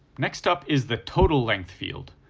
next up is the total length field,